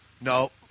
No